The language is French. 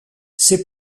ces